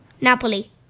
Napoli